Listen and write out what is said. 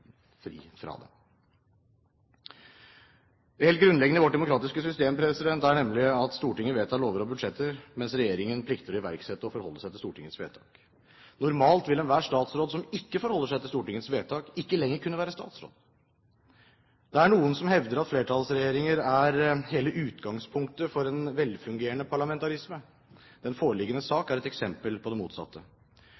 fri fra det. Det helt grunnleggende i vårt demokratiske system er nemlig at Stortinget vedtar lover og budsjetter, mens regjeringen plikter å iverksette og forholde seg til Stortingets vedtak. Normalt ville enhver statsråd som ikke forholder seg til Stortingets vedtak, ikke lenger kunne være statsråd. Det er noen som hevder at flertallsregjeringer er hele utgangspunktet for en velfungerende parlamentarisme. Den foreliggende